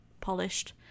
polished